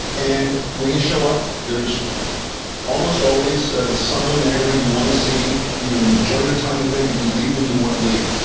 and when you show up, there's almost always someone there who you want to see. and you enjoy your time with them, and you leave when you want to leave.